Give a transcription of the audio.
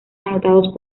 anotados